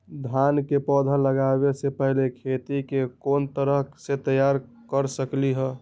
धान के पौधा लगाबे से पहिले खेत के कोन तरह से तैयार कर सकली ह?